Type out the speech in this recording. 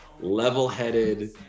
level-headed